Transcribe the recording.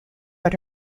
but